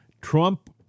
Trump